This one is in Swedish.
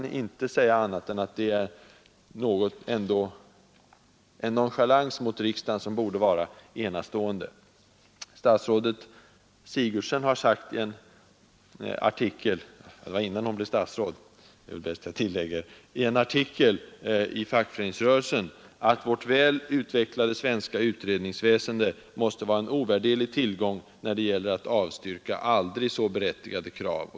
Det är en enastående nonchalans mot riksdagen. Statsrådet Sigurdsen har sagt om detta i en artikel i tidningen Fackföreningsrörelsen — det var innan hon blev statsråd, är det kanske bäst att jag tillägger — att vårt väl utvecklade svenska utredningsväseende måste vara en ovärderlig tillgång när det gäller att avstyrka aldrig så berättigade krav.